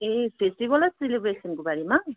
ए festival र सेलिब्रेसनको बारेमा